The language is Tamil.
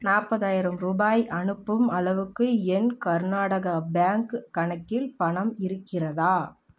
நாற்பதாயிரம் ரூபாய் அனுப்பும் அளவுக்கு என் கர்நாடகா பேங்க் கணக்கில் பணம் இருக்கிறதா